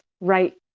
right